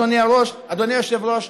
אדוני היושב-ראש,